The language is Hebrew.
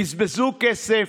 בזבזו כסף,